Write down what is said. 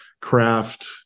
craft